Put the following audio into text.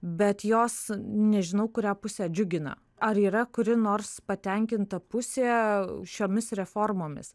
bet jos nežinau kurią pusę džiugina ar yra kuri nors patenkinta pusė šiomis reformomis